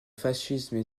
fascisme